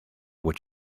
what